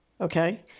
okay